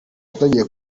yatangiye